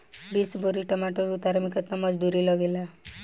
बीस बोरी टमाटर उतारे मे केतना मजदुरी लगेगा?